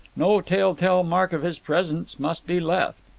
no tell-tale mark of his presence must be left.